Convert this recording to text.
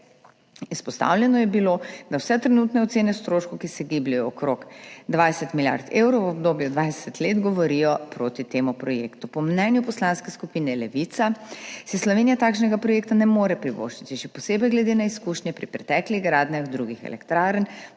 Izpostavljeno je bilo, da vse trenutne ocene stroškov, ki se gibljejo okrog 20 milijard evrov v obdobju 20 let, govorijo proti temu projektu. Po mnenju Poslanske skupine Levica si Slovenija takšnega projekta ne more privoščiti, še posebej glede na izkušnje pri preteklih gradnjah drugih elektrarn,